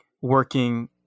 working